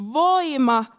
voima